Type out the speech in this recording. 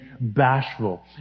bashful